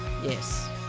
Yes